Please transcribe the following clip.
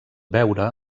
veure